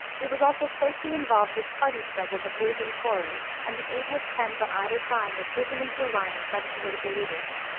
it was also closely involved with party struggles of whig and tory, and the ablest pens on either side were taken into alliance by the political leaders.